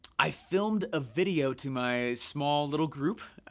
i filmed a video to my small little group.